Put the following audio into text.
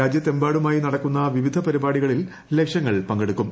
രാജ്യത്തെമ്പാടുമായി നടക്കുന്ന വിവിധ പരിപാടികളിൽ ലക്ഷങ്ങൾ പങ്കെടുക്കും